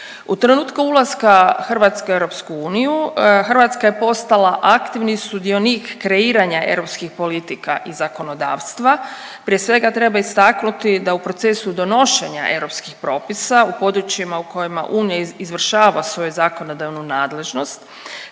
U trenutku ulaska Hrvatske u EU Hrvatska je postala aktivni sudionik kreiranja europskih politika i zakonodavstva. Prije svega treba istaknuti da u procesu donošenja europskih propisa u područjima u kojima unija izvršava svoju zakonodavnu nadležnost